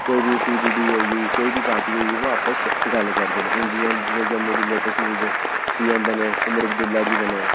कोई बी P D D होई ई कोई बी पार्टी होई ओह् आपस च गल्ल करदे न हून जि'यां जि'यां जम्मू दी लेटेस्ट न्यूज़ सी एम बने उमर अब्दुल्ला जी बने